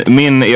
min